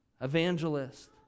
evangelist